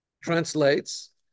translates